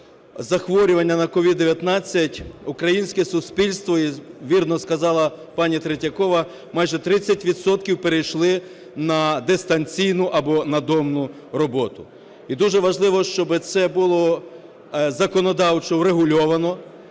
захворювання на COVID-19 українське суспільство, вірно сказала пані Третьякова, майже 30 відсотків перейшли на дистанційну або надомну роботу, і дуже важливо, щоб це було законодавчо врегульовано